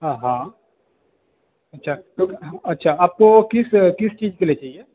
हाँ हाँ अच्छा तो अच्छा आपको किस किस चीज़ के लिए चाहिए